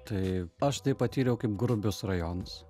tai aš tai patyriau kaip grubius rajonus